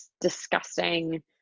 disgusting